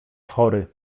chory